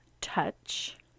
touch